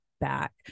back